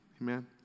Amen